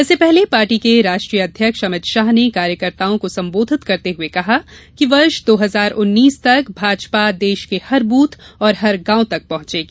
इससे पहले पार्टी के राष्ट्रीय अध्यक्ष अमित शाह ने कार्यकर्ताओं को संबोधित करते हुए कहा कि वर्ष दो हजार उन्नीस तक भाजपा देश के हर बृथ और हर गाँव तक पहंचेगी